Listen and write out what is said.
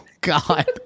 God